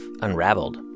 unraveled